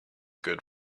good